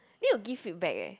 need to give feedback eh